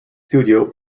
studio